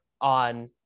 on